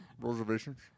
Reservations